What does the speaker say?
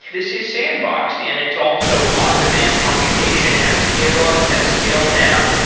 this is sandboxed and it's also on demand computation has scale up. it has scaled down.